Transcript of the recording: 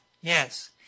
Yes